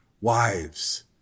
wives